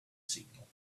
signal